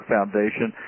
Foundation